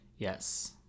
Yes